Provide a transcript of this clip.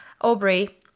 Aubrey